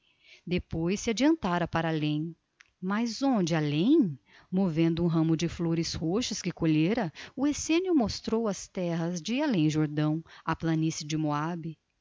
depois se adiantara para além mas onde além movendo um ramo de flores roxas que colhera o essénio mostrou as terras de além jordão a planície de moab